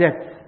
death